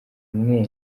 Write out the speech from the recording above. mwe